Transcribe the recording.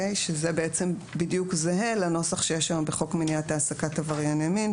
זה בעצם בדיוק זהה לנוסח שיש היום בחוק מניעת העסקת עברייני מין,